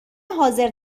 حاضر